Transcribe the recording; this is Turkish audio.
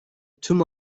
tüm